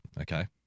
okay